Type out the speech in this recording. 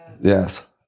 Yes